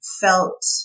felt